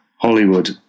Hollywood